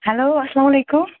hello اسلام علیکُم